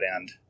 end